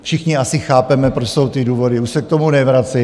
Všichni asi chápeme, proč jsou ty důvody, už se k tomu nevracejme.